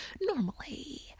normally